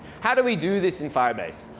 how do we do this in firebase?